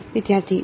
વિદ્યાર્થી 2